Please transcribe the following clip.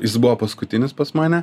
jis buvo paskutinis pas mane